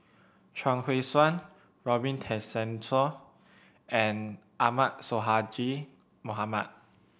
Chuang Hui Tsuan Robin Tessensohn and Ahmad Sonhadji Mohamad